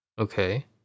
Okay